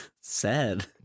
Sad